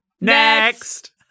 Next